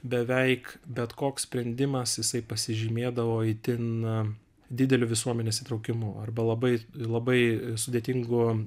beveik bet koks sprendimas jisai pasižymėdavo itin dideliu visuomenės įtraukimu arba labai labai sudėtingu